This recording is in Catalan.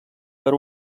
per